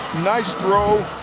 nice throw.